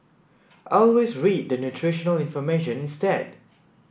always read the nutritional information instead